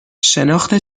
شناخت